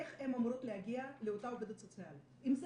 איך הן אמורות להגיע לאותה עובדת סוציאלית אם זה